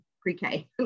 pre-K